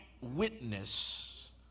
witness